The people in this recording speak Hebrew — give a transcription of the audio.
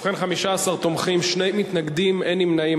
ובכן, 15 תומכים, שני מתנגדים, אין נמנעים.